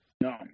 No